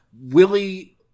Willie